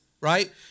right